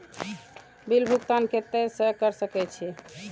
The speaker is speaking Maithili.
बिल भुगतान केते से कर सके छी?